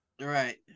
Right